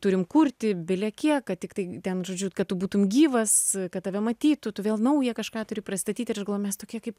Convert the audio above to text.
turim kurti belekiek kad tiktai ten žodžiu kad būtum gyvas kad tave matytų tu vėl nauja kažką turi pristatyti ir aš galvoju mes tokie kaip